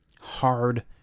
hard